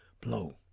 blow